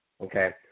okay